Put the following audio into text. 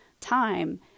time